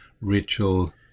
ritual